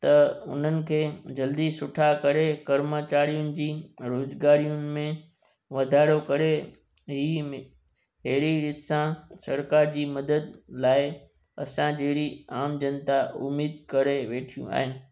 त उन्हनि खे जल्दी सुठा करे कर्मचारियुनि जी रोजगारियुनि में में वाधारो करे ई मि अहिड़ी रीति सां सरकार जी मदद लाइ असां जहिड़ी आम जनता उम्मीद करे वेठियूं आहिनि